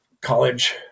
College